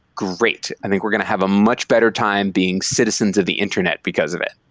great. i think we're going to have a much better time being citizens of the internet because of it.